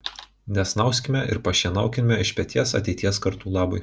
nesnauskime ir pašienaukime iš peties ateities kartų labui